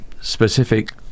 specific